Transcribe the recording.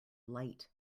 light